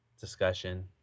discussion